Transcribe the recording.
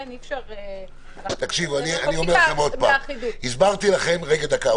אנחנו רחוקים מאחידות --- דקה,